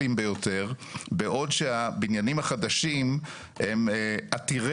בכלל שהוא ייתן משהו בכלל באזורים שבהם יש את הסיכון,